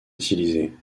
utilisés